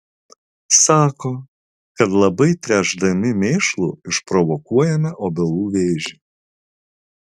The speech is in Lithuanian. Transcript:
sako kad labai tręšdami mėšlu išprovokuojame obelų vėžį